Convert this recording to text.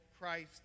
Christ